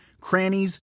crannies